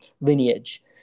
lineage